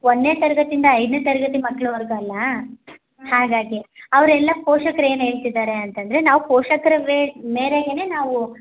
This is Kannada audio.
ಒಂದನೇ ತರಗತಿಯಿಂದ ಐದನೇ ತರಗತಿ ಮಕ್ಳವರ್ಗಲ್ಲ ಹಾಗಾಗಿ ಅವ್ರು ಎಲ್ಲ ಪೋಷಕರು ಏನು ಹೇಳ್ತಿದಾರೆ ಅಂತಂದರೆ ನಾವು ಪೋಷಕ್ರದೇ ಮೇರೆಗೇನೆ ನಾವು